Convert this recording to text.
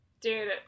Dude